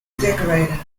decorator